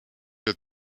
der